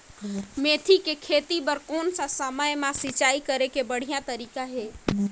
मेथी के खेती बार कोन सा समय मां सिंचाई करे के बढ़िया तारीक हे?